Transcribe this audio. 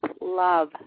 love